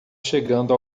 chegando